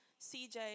CJ